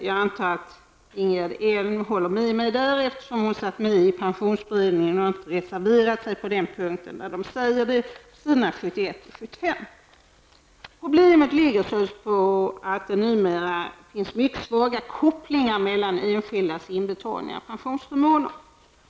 Jag antar att Ingegerd Elm håller med mig i detta sammanhang, eftersom hon satt med i pensionsberedningen och inte har reserverat sig på den punkten där detta sägs på s. 71--75. Problemet är således att det numera finns mycket svaga kopplingar mellan den enskildes inbetalningar och pensionsförmåner.